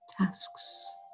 tasks